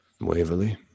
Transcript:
Waverly